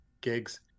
gigs